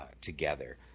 together